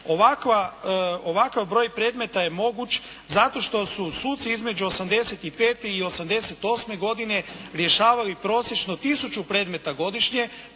Ovakav broj predmeta je moguć zato što su suci između '85. i '88. godine rješavali prosječno 1000 predmeta godišnje,